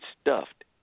stuffed